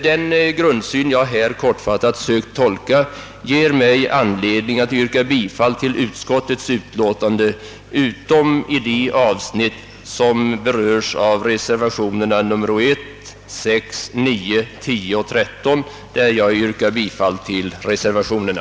Den grundsyn jag här kortfattat sökt ge uttryck för ger mig anledning att yrka bifall till utskottets hemställan utom i de avsnitt som berörs av reservationerna 1, 6, 9, 10 och 13, där jag yrkar bifall till reservationerna.